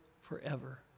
forever